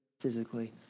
physically